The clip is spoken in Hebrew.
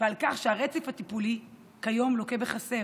ועל כך שהרצף הטיפולי כיום לוקה בחסר.